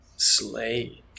slay